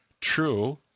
true